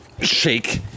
shake